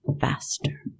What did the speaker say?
faster